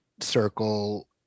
circle